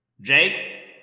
Jake